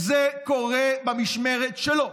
זה קורה במשמרת שלו.